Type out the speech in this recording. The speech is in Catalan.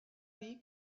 dir